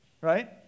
right